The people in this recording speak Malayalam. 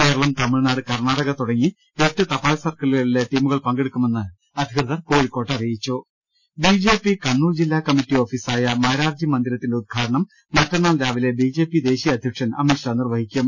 കേരളം തമിഴ്നാട് കർണാടക തുടങ്ങി എട്ട് തപാൽ സർക്കിളുക ളിലെ ടീമുകൾ പങ്കെടുക്കുമെന്ന് അധികൃതർ കോഴിക്കോട്ട് അറിയി ച്ചും ബിജെപി കണ്ണൂർ ജില്ലാ കമ്മറ്റി ഓഫീസായി മാരാർജി മന്ദിര ത്തിന്റെ ഉദ്ഘാടനം മറ്റന്നാൾ രാവിലെ ബിജെപി ദേശീയ അധ്യക്ഷൻ അമിത്ഷാ നിർവ്വഹിക്കും